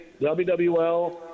wwl